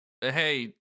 hey